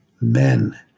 men